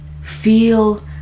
feel